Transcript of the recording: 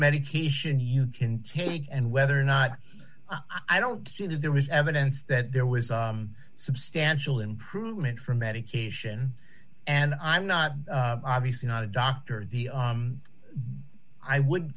medication you can take and whether or not i don't see that there was evidence that there was a substantial improvement from medication and i'm not obviously not a doctor the i would